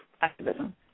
activism